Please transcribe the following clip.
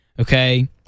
Okay